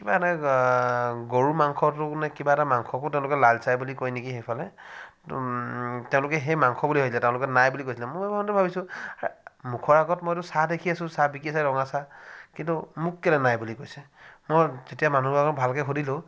কিবা এনে গৰু মাংসটোক নে কিবা এটা মাংসকো তেওঁলোকে লাল চাই বুলি কয় নেকি সেইফালে তেওঁলোকে সেই মাংস বুলি ভাবিলে তেওঁলোকে নাই বুলি কৈ দিলে মই মনতে ভাবিছোঁ আৰে মুখৰ আগত মইতো চাহ দেখি আছোঁ চাহ বিকি আছে ৰঙা চাহ কিন্তু মোক কেলৈ নাই বুলি কৈছে মই তেতিয়া মই মানুহগৰাকীক ভালকৈ সুধিলোঁ